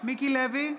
מיקי לוי,